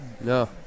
No